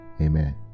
Amen